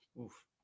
Oof